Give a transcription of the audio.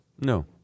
No